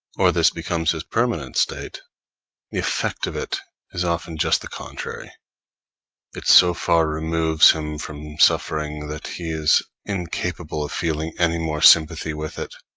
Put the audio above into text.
or this becomes his permanent state, the effect of it is often just the contrary it so far removes him from suffering that he is incapable of feeling any more sympathy with it.